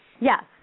Yes